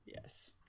Yes